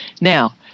Now